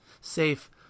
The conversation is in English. safe